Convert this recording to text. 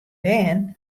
bern